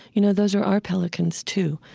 you know those are our pelicans too.